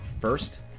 first